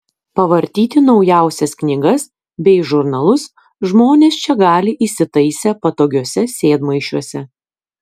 pavartyti naujausias knygas bei žurnalus žmonės čia gali įsitaisę patogiuose sėdmaišiuose